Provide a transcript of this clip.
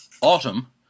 autumn